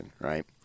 right